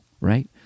right